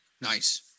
nice